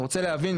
אני רוצה להבין,